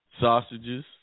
sausages